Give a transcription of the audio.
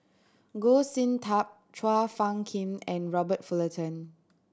Goh Sin Tub Chua Phung Kim and Robert Fullerton